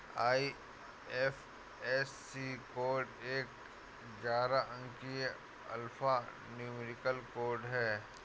IFSC code एक ग्यारह अंकीय अल्फा न्यूमेरिक कोड है